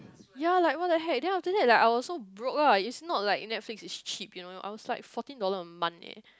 ya like what I had then after that I was so broke lah it's not like Netflix is cheap you know you outside fourteen dollar a month leh